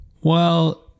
Well-